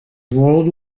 world